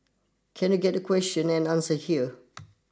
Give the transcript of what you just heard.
can you get the question and answer here